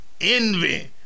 envy